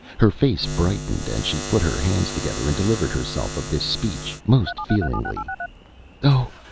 her face brightened and she put her hands together and delivered herself of this speech, most feelingly oh,